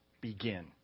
begin